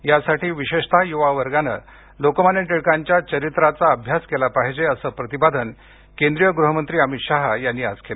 यासाठी विशेषतः युवा वर्गांनं लोकमान्य टिळकांच्या चरित्राचा अभ्यास केला पाहिजे असं प्रतिपादन केंद्रीय गृहमंत्री अमित शहा यांनी आज केलं